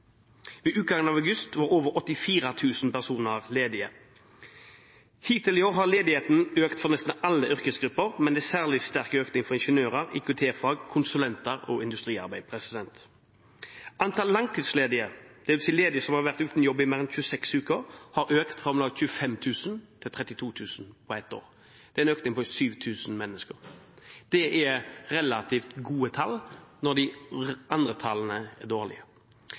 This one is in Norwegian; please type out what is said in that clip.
Ved utgangen av august var over 84 000 personer ledige. Hittil i år har ledigheten økt for nesten alle yrkesgrupper, men det er særlig sterk økning for ingeniør- og IKT-fag, konsulenter og industriarbeid. Antall langtidsledige dvs. ledige som har vært uten jobb i mer enn 26 uker har økt fra om lag 25 000 til 32 000 på ett år, en økning på 7 000 mennesker. Det er relativt gode tall når de andre tallene er dårlige.